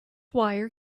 wire